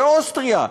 באוסטריה,